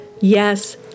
Yes